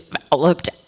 developed